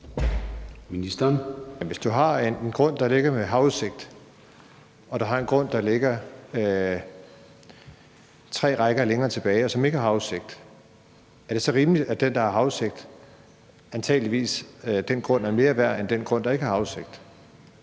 Hvis du har en grund, der ligger med havudsigt, og du har en grund, der ligger tre rækker længere tilbage, og som ikke har havudsigt, er det så rimeligt, at den grund, der har havudsigt, antageligvis er mere værd end den grund, der ikke har havudsigt?